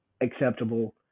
acceptable